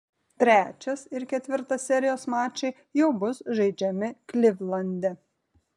trečias ir ketvirtas serijos mačai jau bus žaidžiami klivlande